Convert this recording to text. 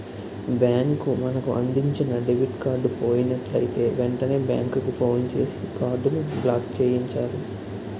bank మనకు అందించిన debit card పోయినట్లయితే వెంటనే బ్యాంకుకు ఫోన్ చేసి కార్డును బ్లాక్చేయించాలి